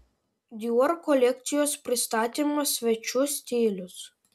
dior kolekcijos pristatymo svečių stilius